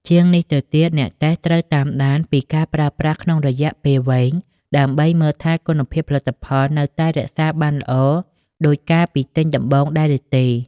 ជាងនេះទៅទៀត អ្នកតេស្តត្រូវតាមដានពីការប្រើប្រាស់ក្នុងរយៈពេលវែង ដើម្បីមើលថាគុណភាពផលិតផលនៅតែរក្សាបានល្អដូចកាលពីទិញដំបូងដែរឬទេ។